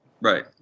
Right